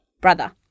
brother